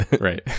Right